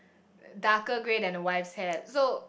darker grey than the wife's hair so